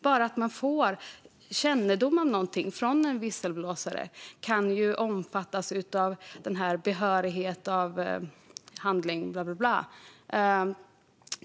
Bara att man får kännedom om någonting från en visselblåsare kan omfattas av obehörig befattning.